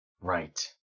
Right